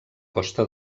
costa